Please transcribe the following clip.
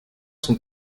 son